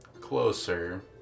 closer